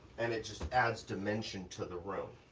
and it just adds dimension to the room.